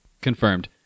Confirmed